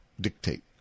dictate